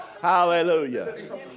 Hallelujah